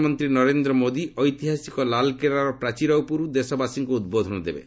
ପ୍ରଧାନମନ୍ତ୍ରୀ ନରେନ୍ଦ୍ର ମୋଦି ଐତିହାସିକ ଲାଲ୍କିଲ୍ଲାର ପ୍ରାଚୀର ଉପରୁ ଦେଶବାସୀଙ୍କୁ ଉଦ୍ବୋଧନ ଦେବେ